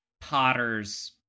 potters